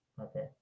okay